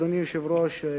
אדוני היושב-ראש,